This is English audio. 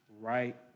right